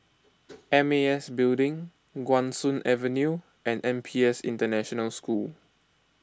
M A S Building Guan Soon Avenue and N P S International School